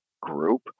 group